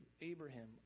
Abraham